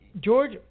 George